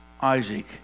Isaac